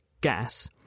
gas